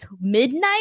midnight